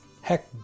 heck